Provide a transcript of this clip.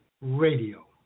Radio